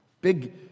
Big